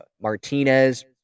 Martinez